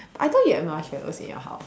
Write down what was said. I thought you had marshmallows in your house